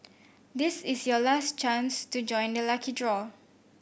this is your last chance to join the lucky draw